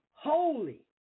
Holy